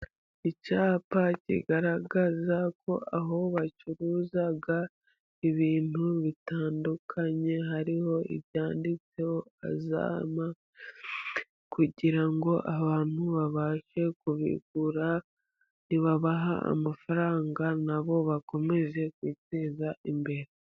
Icyapa kigaragaza ko aho bacuruza ibintu bitandukanye, hariho ibyanditseho zana, kugira ngo abantu babashe kubigura babahe amafaranga, nabo bakomeze kwiteza imbere.